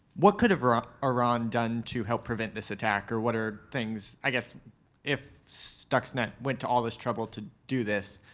what could have ah iran done to help prevent this attack? or what are things i guess if stuxnet went to all this trouble to do this,